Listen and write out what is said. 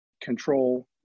control